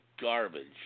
garbage